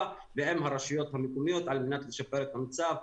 ועם הרשויות המקומיות על מנת לשפר את המצב.